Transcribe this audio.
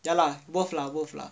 ya lah worth lah worth lah